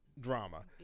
drama